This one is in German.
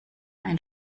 ein